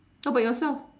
how about yourself